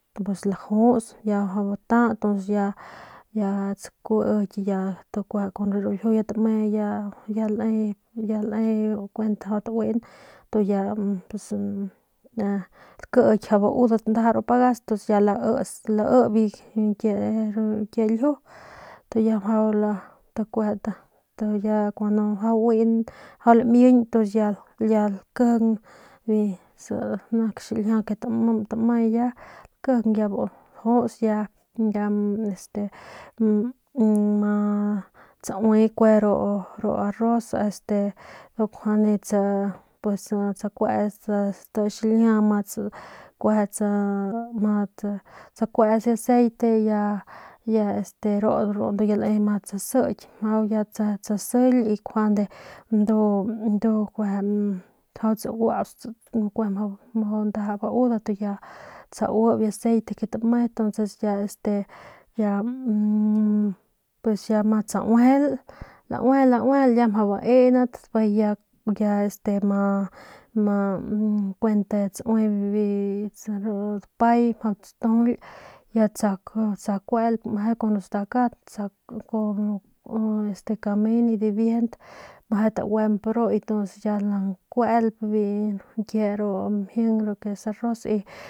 Mjau ata ntuns ya ya tsakuiky ya y kueje ru ljiu ya tame ya ya le ya le ya kuent ya taui tuns ya pus lakiky mjau baudat ru pagas y ya tons ya laits lai bi ñkie ñkie ljiu y ya mjau kuenta mjau lamiñ y ntons ya lakijing nik xiljia ke taui tame ya lakijing ya bu lajuts ya ya este ya ama tsaui kue ru arroz este ndu njuande tsaui tsakuets nti xiljia ma tsa matsa tsakuets biu aceite ya ru ru ya ma tsasiki ma tsasily njuande ndu ndu ndu mjau tsaguauts nda mjau baudat ya tsaui biu aceite que tame ntons pues ya este pues ya ma tsauejel lauejel laejel ya mjau baenat bijiy ya ma ma kuent tsaue biu dapay mjau tsatujul tsakuelp meje kun biu stakat kamen dibiejent meje taguemp ru lankuelp ñkie ru mjing ru arroz y.